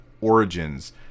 Origins